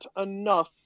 enough